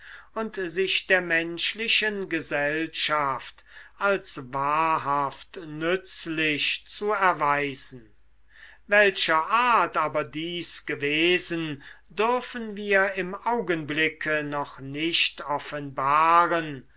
und sich der menschlichen gesellschaft als wahrhaft nützlich zu erweisen welcher art aber dies gewesen dürfen wir im augenblicke noch nicht offenbaren